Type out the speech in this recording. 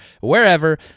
wherever